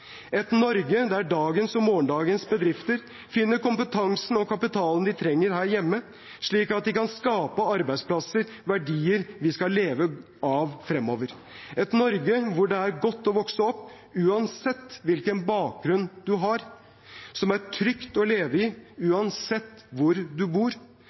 et Norge der dagens og morgendagens bedrifter finner kompetansen og kapitalen de trenger her hjemme, slik at de kan skape arbeidsplasser og verdier vi skal leve av fremover et Norge hvor det er godt å vokse opp, uansett hvilken bakgrunn du har et Norge som er trygt å leve i, uansett hvor du bor